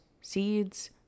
seeds